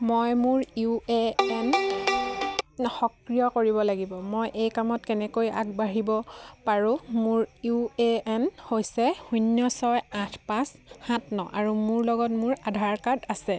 মই মোৰ U A N সক্ৰিয় কৰিব লাগিব মই এই কামত কেনেকৈ আগবাঢ়িব পাৰোঁ মোৰ ইউ এ এন হৈছে শূন্য ছয় আঠ পাঁচ সাত ন আৰু মোৰ লগত মোৰ আধাৰ কাৰ্ড আছে